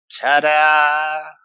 Ta-da